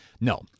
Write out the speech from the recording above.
No